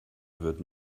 wird